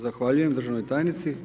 Zahvaljujem državnoj tajnici.